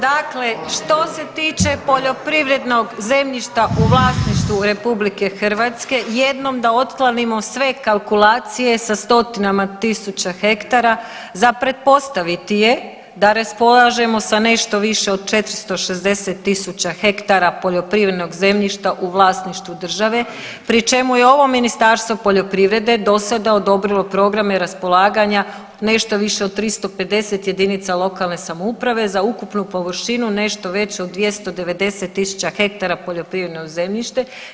Dakle, što se tiče poljoprivrednog zemljišta u vlasništvu RH jednom da otklonimo sve kalkulacije sa stotinama tisuća hektara za pretpostaviti je da raspolažemo sa nešto više od 460.000 hektara poljoprivrednoga zemljišta u vlasništvu države pri čemu je ovo Ministarstvo poljoprivrede dosada odobrilo programe raspolaganja nešto više od 350 jedinica lokalne samouprave za ukupnu površinu nešto veću od 290.000 hektara poljoprivredno zemljište.